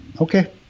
Okay